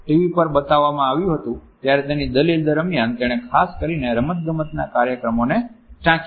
V પર બતાવવામાં આવ્યું હતું ત્યારે તેની દલીલ દરમિયાન તેણે ખાસ કરીને રમતગમતના કાર્યક્રમને ટાંક્યા હતા